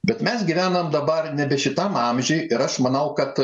bet mes gyvenam dabar nebe šitam amžiui ir aš manau kad